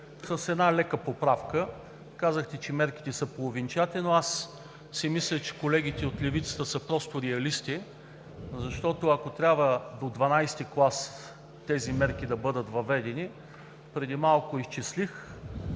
с една лека поправка. Казахте, че мерките са половинчати. Но аз мисля, че колегите от левицата са реалисти, защото ако трябва тези мерки да бъдат въведени до ХII клас, преди малко изчислих